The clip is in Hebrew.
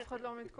אף אחד לא מתכונן.